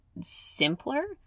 simpler